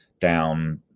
down